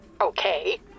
Okay